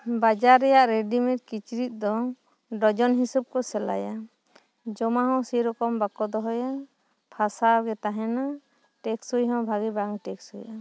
ᱵᱟᱡᱟᱨ ᱨᱮᱭᱟᱜ ᱨᱮᱰᱤᱢᱮᱰ ᱠᱤᱪᱨᱤᱡ ᱫᱚ ᱰᱚᱡᱚᱱ ᱦᱤᱥᱟᱵᱽ ᱠᱚ ᱡᱚᱢᱟ ᱦᱚ ᱥᱤ ᱨᱚᱠᱚᱢ ᱵᱟᱠᱚ ᱫᱚᱦᱚᱭᱟ ᱯᱷᱟᱥᱟᱣ ᱜᱮ ᱛᱟᱦᱮᱱᱟ ᱴᱮᱠᱥᱩᱭ ᱦᱚᱸ ᱵᱷᱟᱜᱮ ᱵᱟᱝ ᱴᱮᱠᱥᱩᱭᱟ